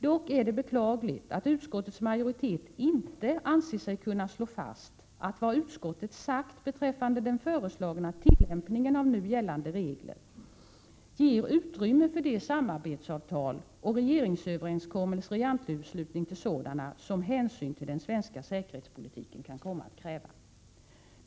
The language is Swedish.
Det är dock beklagligt att utskottets majoritet inte anser sig kunna slå fast att vad utskottet sagt beträffande den föreslagna tillämpningen av nu gällande regler ger utrymme för de samarbetsavtal och regeringsöverenskommelser i anslutning till sådana, som kan komma att krävas av hänsyn till den svenska säkerhetspolitiken.